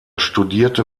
studierte